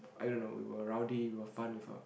I don't know we were rowdy we were fun with her